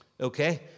Okay